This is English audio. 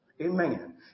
Amen